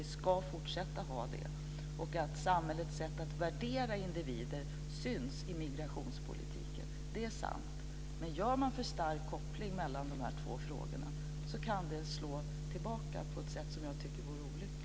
Vi ska fortsätta att ha det. Att samhällets sätt att värdera individer syns i migrationspolitiken är sant. Men gör man en för stark koppling mellan dessa två frågor kan det slå tillbaka på ett sätt som jag tycker vore olyckligt.